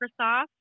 Microsoft